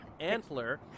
Antler